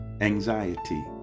anxiety